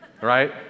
right